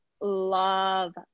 love